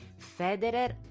Federer